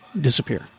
disappear